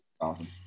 awesome